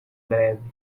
breve